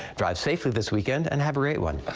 drive safely this weekend and every one.